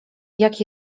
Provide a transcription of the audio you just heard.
jak